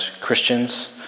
Christians